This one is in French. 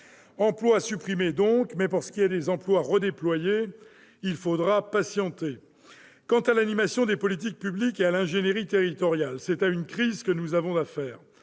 Emplois supprimés, donc, mais, pour ce qui est des emplois redéployés, il faudra patienter. S'agissant de l'animation des politiques publiques et de l'ingénierie territoriale, c'est à une crise que nous avons affaire.